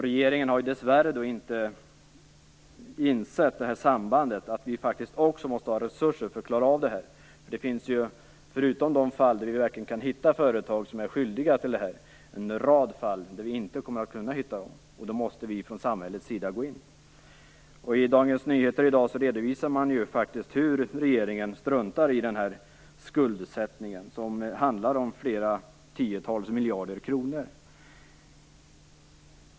Regeringen har dessvärre inte insett sambandet, dvs. att vi också måste ha resurser för att klara av det här. Förutom de fall då vi verkligen kan hitta företag som är skyldiga kommer det också att finnas en rad fall då vi inte kommer att kunna hitta dem. Då måste vi från samhällets sida kunna gå in. I Dagens Nyheter i dag redovisar man hur regeringen struntar i den här skuldsättningen som handlar om flera tiotals miljarder kronor.